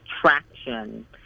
traction